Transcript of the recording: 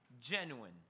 genuine